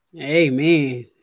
Amen